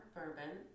Bourbon